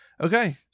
okay